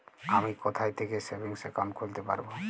আমি কোথায় থেকে সেভিংস একাউন্ট খুলতে পারবো?